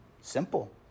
Simple